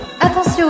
attention